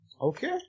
Okay